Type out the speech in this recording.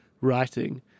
writing